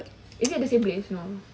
is it the same place no